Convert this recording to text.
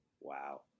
Wow